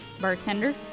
Bartender